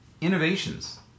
innovations